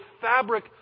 fabric